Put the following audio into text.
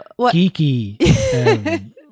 Geeky